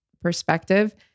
perspective